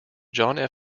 john